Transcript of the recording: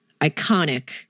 iconic